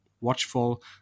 watchful